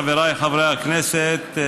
חבריי חברי הכנסת,